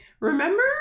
remember